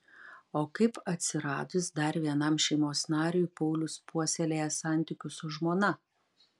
o kaip atsiradus dar vienam šeimos nariui paulius puoselėja santykius su žmona